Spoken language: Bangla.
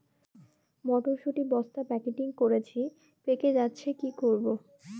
মটর শুটি বস্তা প্যাকেটিং করেছি পেকে যাচ্ছে কি করব?